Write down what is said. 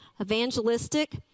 evangelistic